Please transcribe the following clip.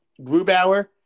Grubauer